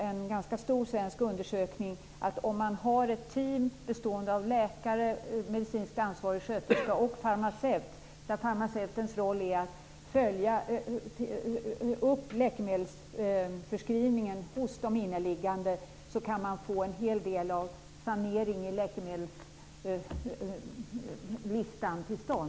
En ganska stor svensk undersökning visar nämligen att i ett team som består av läkare, en medicinskt ansvarig sköterska och en farmaceut är farmaceutens roll att följa upp läkemedelsförskrivningen hos de inneliggande. Då kan man få till stånd en hel del av sanering vad gäller läkemedelslistan.